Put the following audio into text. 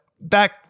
back